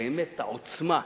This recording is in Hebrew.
באמת את העוצמה,